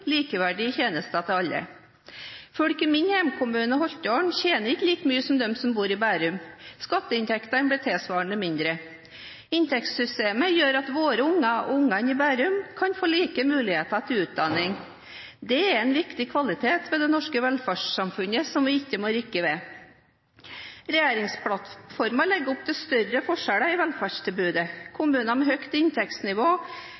likeverdige tjenester til alle. Folk i min hjemkommune, Holtålen, tjener ikke like mye som dem som bor i Bærum. Skatteinntektene blir tilsvarende mindre. Inntektssystemet gjør at våre unger og ungene i Bærum kan få like muligheter til utdanning. Det er en viktig kvalitet ved det norske velferdssamfunnet som vi ikke må rokke ved. Regjeringsplattformen legger opp til større forskjeller i velferdstilbudet.